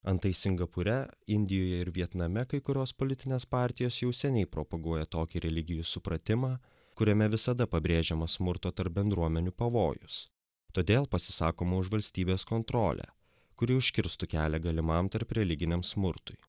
antai singapūre indijoje ir vietname kai kurios politinės partijos jau seniai propaguoja tokį religijų supratimą kuriame visada pabrėžiama smurto tarp bendruomenių pavojus todėl pasisakoma už valstybės kontrolę kuri užkirstų kelią galimam tarp religiniam smurtui